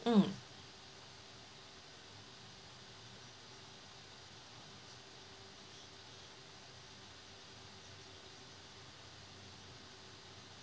mm